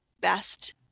best